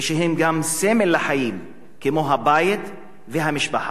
ושהם גם סמל לחיים, כמו הבית והמשפחה.